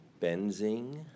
Benzing